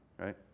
right